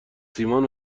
سیمان